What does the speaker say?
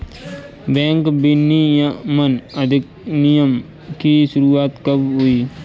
Bank विनियमन अधिनियम की शुरुआत कब हुई?